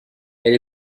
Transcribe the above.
elle